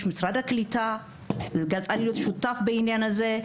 משרד הקליטה צריך להיות שותף בעניין הזה.